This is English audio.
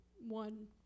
one